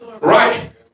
right